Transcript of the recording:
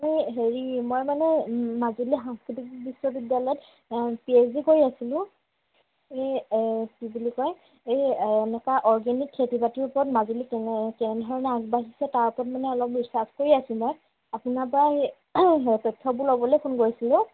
এ হেৰি মই মানে মাজুলী সাংস্কৃতিক বিশ্ববিদ্যালয়ত পি এইচ ডি কৰি আছিলোঁ এই কি বুলি কয় এই এনেকা অৰ্গেনিক খেতি বাতিৰ ওপৰত মাজুলী কেনে কেনেধৰণে আগবাঢ়িছে তাৰ ওপৰত মানে অলপ ৰিছাৰ্চ কৰি আছোঁ মই আপোনাৰ পৰা সেই তথ্যবোৰ ল'বলৈ ফোন কৰিছিলোঁ